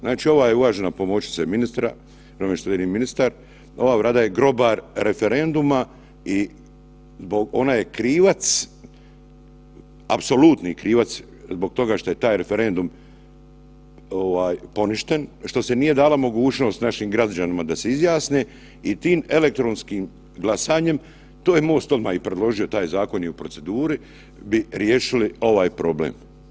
Znači ovo je uvažena pomoćnice ministra, žao mi je što nije ministar, ova Vlada je grobar referenduma i ona je krivac, apsolutni krivac zbog toga što je taj referendum poništen, što se nije dala mogućnost našim građanima da se izjasne i tim elektronskim glasanjem, to je MOST odmah i predložio taj zakon je u proceduri bi riješili ovaj problem.